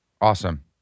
Awesome